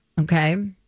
Okay